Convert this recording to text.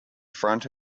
front